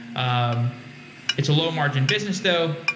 um it's a low margin business though.